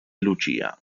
lucia